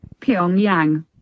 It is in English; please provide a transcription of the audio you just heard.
Pyongyang